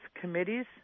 committees